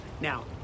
Now